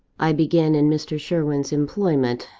i began in mr. sherwin's employment,